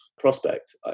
prospect